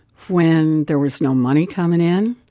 when there was no money coming in,